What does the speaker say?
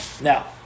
Now